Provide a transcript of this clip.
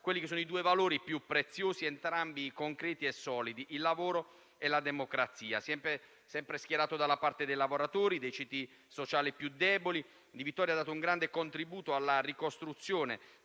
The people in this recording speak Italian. di vista i due valori più preziosi, entrambi concreti e solidi: il lavoro e la democrazia. Sempre schierato dalla parte dei lavoratori, dei ceti sociali più deboli, Di Vittorio ha dato un grande contributo alla ricostruzione